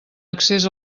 accés